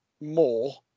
more